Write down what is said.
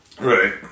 Right